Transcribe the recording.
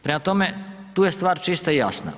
Prema tome, tu je stvar čista i jasna.